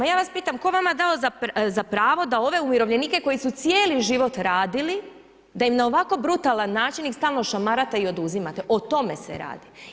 Ja vas pitam tko je vama dao za pravo da ove umirovljenike koji su cijeli život radili da im na ovako brutalan način ih stalno šamarate i oduzimate, o tome se radi?